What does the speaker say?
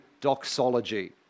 doxology